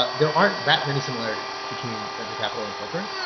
ah there aren't that many similarities between venture capital and poker.